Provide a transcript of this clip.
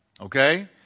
okay